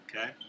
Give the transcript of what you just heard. Okay